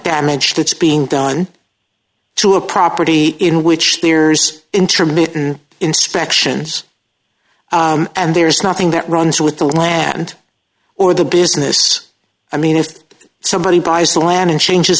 damage that's being done to a property in which nears intermittent inspections and there's nothing that runs with the land or the business i mean if somebody buys land in changes